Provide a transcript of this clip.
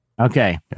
Okay